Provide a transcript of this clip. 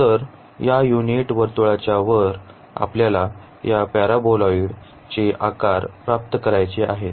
तर या युनिट वर्तुळाच्या वर आपल्याला या पॅराबोलॉइड चे आकार प्राप्त करायचे आहेत